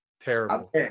terrible